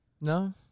No